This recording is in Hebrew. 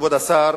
כבוד השר,